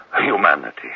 humanity